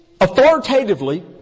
authoritatively